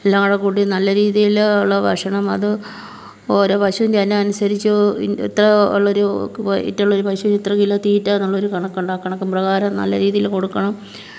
എല്ലാം കൂടെ കൂട്ടി നല്ല രീതിയിൽ ഉള്ള ഭക്ഷണം അത് ഓരോ പശുവിൻ്റെ ഇനം അനുസരിച്ച് ഇത്ര ഉള്ളൊരു വൈറ്റൊള്ള പശുവിന് ഇത്ര കിലോ തീറ്റന്നുള്ളൊരു കണക്കുണ്ട് ആ കണക്ക് പ്രകാരം നല്ല രീതിയിൽ കൊടുക്കണം